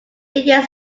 years